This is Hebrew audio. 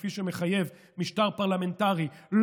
כפי שמחייב משטר פרלמנטרי,